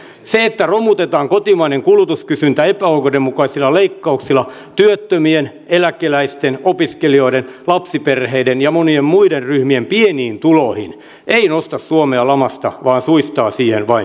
se että romutetaan kotimainen kulutuskysyntä epäoikeudenmukaisilla leikkauksilla työttömien eläkeläisten opiskelijoiden lapsiperheiden ja monien muiden ryhmien pieniin tuloihin ei nosta suomea lamasta vaan suistaa siihen vain syvemmälle